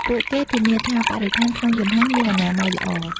ពួកគេធានាថាបរិស្ថានក្នុងយន្តហោះមានអនាម័យល្អ។